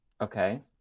okay